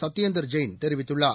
சத்யேந்தர் ஜெயின் தெரிவித்துள்ளார்